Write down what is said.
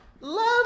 love